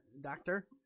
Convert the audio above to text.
doctor